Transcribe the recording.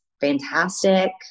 fantastic